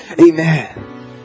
Amen